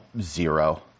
zero